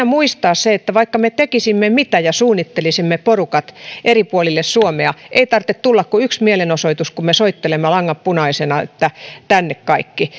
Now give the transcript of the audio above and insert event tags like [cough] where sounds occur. [unintelligible] muistaa se että vaikka me tekisimme mitä ja suunnittelisimme porukat eri puolille suomea niin ei tarvitse tulla kuin yksi mielenosoitus ja me soittelemme langat punaisena että tänne kaikki [unintelligible]